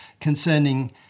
concerning